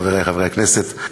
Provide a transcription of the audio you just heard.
חברי חברי הכנסת,